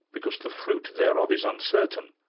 because the fruit thereof is uncertain,